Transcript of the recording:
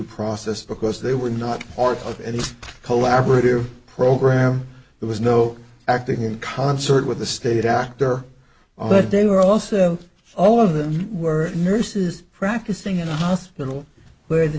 process because they were not part of any collaborative program there was no acting in concert with the state actor all that they were also all of them were nurses practicing in a hospital where the